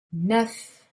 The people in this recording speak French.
neuf